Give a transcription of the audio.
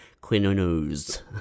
Quinones